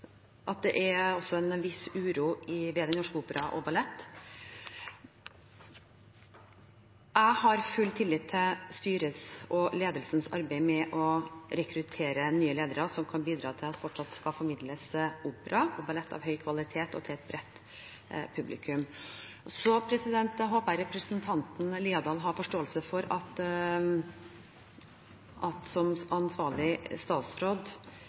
at det er en viss uro ved Den Norske Opera & Ballett. Jeg har full tillit til styret og ledelsens arbeid med å rekruttere nye ledere som kan bidra til at det fortsatt skal formidles opera og ballett av høy kvalitet og til et bredt publikum. Så håper jeg representanten Liadal har forståelse for at jeg som ansvarlig statsråd